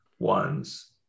ones